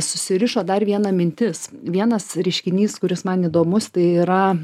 susirišo dar viena mintis vienas reiškinys kuris man įdomus tai yra